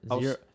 Zero